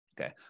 Okay